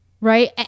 right